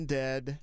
dead